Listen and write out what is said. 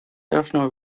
personal